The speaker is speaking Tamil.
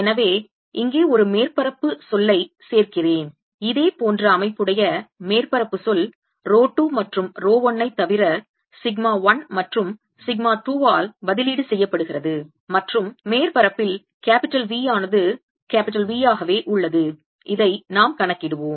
எனவே இங்கே ஒரு மேற்பரப்பு சொல்லை சேர்க்கிறேன் இதே போன்ற அமைப்புடைய மேற்பரப்பு சொல் ரோ 2 மற்றும் ரோ 1 ஐ தவிர சிக்மா 1 மற்றும் சிக்மா 2 ஆல் பதிலீடு செய்யப்படுகிறது மற்றும் மேற்பரப்பில் V ஆனது v ஆகவே உள்ளது இதை நாம் கணக்கிடுவோம்